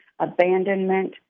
abandonment